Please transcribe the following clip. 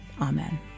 Amen